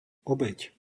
obeť